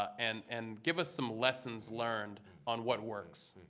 and and give us some lessons learned on what works.